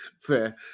fair